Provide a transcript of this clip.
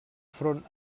front